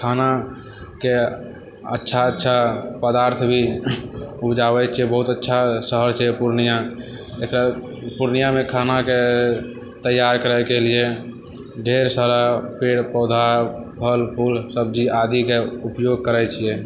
खानाके अच्छा अच्छा पदार्थ भी उपजाबै छी बहुत अच्छा शहर छै पूर्णिया एकर पूर्णियामे खानाके तैयार करैके लिए ढेर सारा पेड़ पौधा फल फूल सब्जी आदिके उपयोग करै छिए